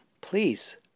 Please